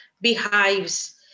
beehives